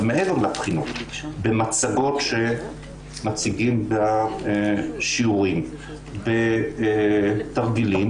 אבל מעבר לבחינות במצגות שמציגים בשיעורים ובתרגילים